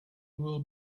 will